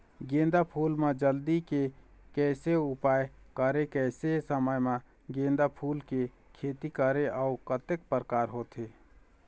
गेंदा फूल मा जल्दी के कैसे उपाय करें कैसे समय मा गेंदा फूल के खेती करें अउ कतेक प्रकार होथे?